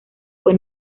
fue